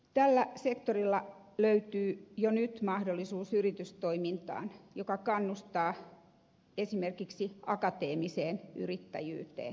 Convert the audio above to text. tällä sektorilla löytyy jo nyt mahdollisuus yritystoimintaan joka kannustaa esimerkiksi akateemiseen yrittäjyyteen